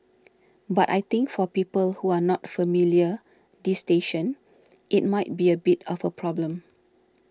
but I think for people who are not familiar this station it might be a bit of a problem